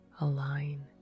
align